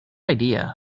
idea